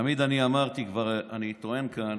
תמיד אמרתי, ואני טוען כאן: